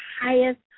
highest